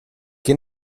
che